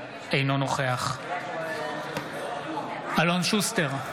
אינו נוכח אלון שוסטר,